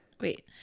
wait